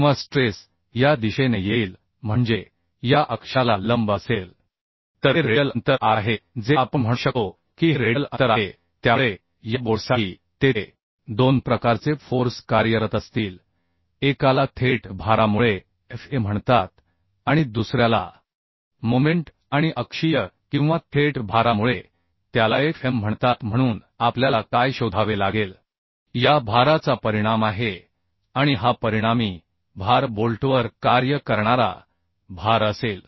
किंवा स्ट्रेस या दिशेने येईल म्हणजे या अक्षाला लंब असेल तर हे रेडियल अंतर r आहे जे आपण म्हणू शकतो की हे रेडियल अंतर आहे त्यामुळे या बोल्टसाठी तेथे दोन प्रकारचे फोर्स कार्यरत असतील एकाला थेट भारामुळे Fa म्हणतात आणि दुसऱ्याला मोमेंट आणि अक्षीय किंवा थेट भारामुळे त्यालाFm म्हणतात म्हणून आपल्याला काय शोधावे लागेल या भाराचा परिणाम आहे आणि हा परिणामी भार बोल्टवर कार्य करणारा भार असेल